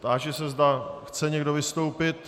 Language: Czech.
Táži se, zda chce někdo vystoupit.